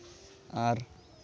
ᱟᱨ